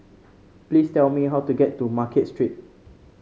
please tell me how to get to Market Street